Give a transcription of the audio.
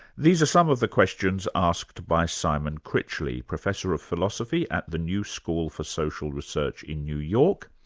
these are some of the questions asked by simon critchley, professor of philosophy at the new school for social research in new york,